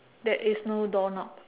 there is no door knob